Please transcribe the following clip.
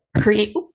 create